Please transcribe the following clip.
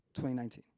2019